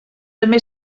també